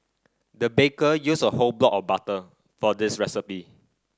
the baker used a whole block of butter for this recipe